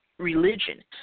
religion